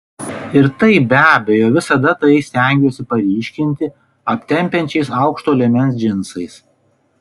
ir taip be abejo visada tai stengiuosi paryškinti aptempiančiais aukšto liemens džinsais